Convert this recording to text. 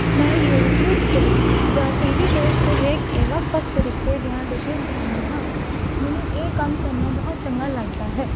ਮੈਂ ਯੂਟਿਊਬ ਤੋਂ ਜਾਂ ਟੀ ਵੀ ਸ਼ੋਜ਼ ਤੋਂ ਵੇਖ ਕੇ ਵੱਖ ਵੱਖ ਤਰੀਕੇ ਦੀਆਂ ਡਿਸ਼ਿਜ਼ ਬਣਾਉਣੀ ਹਾਂ ਮੈਨੂੰ ਇਹ ਕੰਮ ਕਰਨਾ ਬਹੁਤ ਚੰਗਾ ਲੱਗਦਾ ਹੈ